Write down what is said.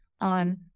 on